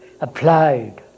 applied